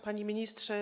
Panie Ministrze!